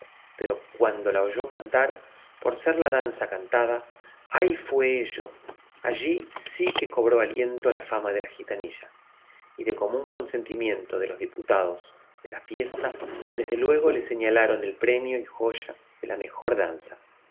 pero cuando la oyeron cantar por ser la danza cantada allí fue ello allí sí que cobró aliento la fama de la gitanilla y de común consentimiento de los diputados de la fiesta desde luego le señalaron el premio y joya de la mejor danza